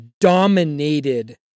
dominated